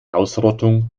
ausrottung